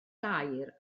gair